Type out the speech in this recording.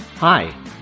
Hi